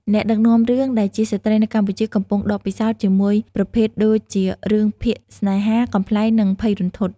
អ្នកដឹកនាំរឿងដែលជាស្ត្រីនៅកម្ពុជាកំពុងដកពិសោធជាមួយប្រភេទដូចជារឿងភាគស្នេហា កំប្លែង និងភ័យរន្ធត់។